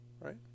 Right